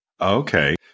Okay